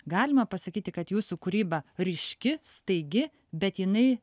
galima pasakyti kad jūsų kūryba ryški staigi bet jinai